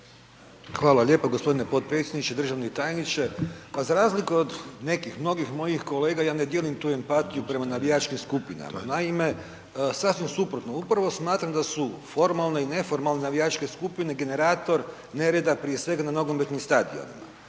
Hvala lijepa gospodine potpredsjedniče. Državni tajniče pa za razliku od nekih mnogih mojih kolega ja ne dijelim tu empatiju prema navijačkim skupinama. Naime, sasvim suprotno. Upravo smatram da su formalne i neformalne navijačke skupine generator nereda prije svega na nogometnim stadionima.